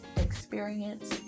experience